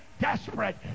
desperate